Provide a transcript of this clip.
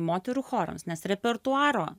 moterų chorams nes repertuaro